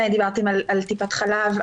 דיברתם על טיפת חלב,